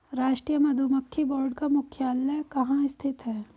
राष्ट्रीय मधुमक्खी बोर्ड का मुख्यालय कहाँ स्थित है?